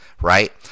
right